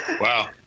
Wow